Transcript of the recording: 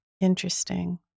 Interesting